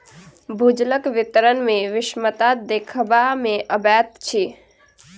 भूजलक वितरण मे विषमता देखबा मे अबैत अछि